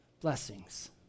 Blessings